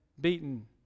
beaten